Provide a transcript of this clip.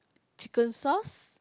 chicken sauce